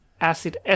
acid